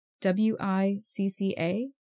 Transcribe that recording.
W-I-C-C-A